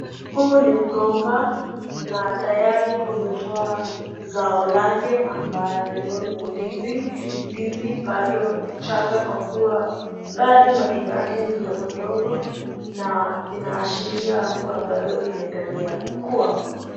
Huu ni mgomba na tayari umetoa zao lake ambayo ni ndizi. Ndizi bado ni changa kwa kuwa bado matunda yake ni ndogo ndogo na inaashiria kwamba inaendelea kukua.